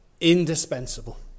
indispensable